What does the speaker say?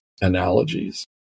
analogies